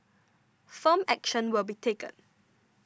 firm action will be taken